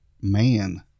man